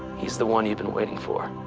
he's the one you've been waiting for.